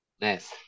Nice